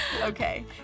Okay